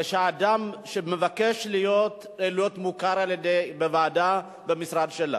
אדם שמבקש להיות מוכר בוועדה במשרד שלך,